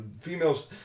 females